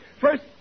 First